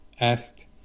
asked